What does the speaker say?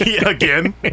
Again